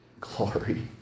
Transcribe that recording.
glory